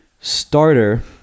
Starter